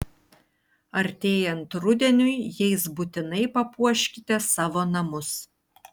artėjant rudeniui jais būtinai papuoškite savo namus